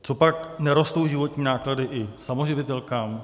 Copak nerostou životní náklady i samoživitelkám?